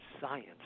science